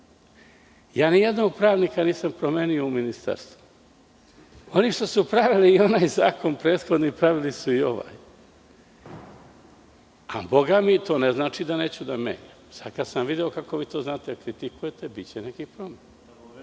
nijednog pravnika nisam promenio u Ministarstvu. Oni što su pravili i onaj prethodni zakon, pravili su i ovaj, ali to ne znači da neću da menjam. Sada kada sam video kako vi to znate da kritikujete, biće nekih promena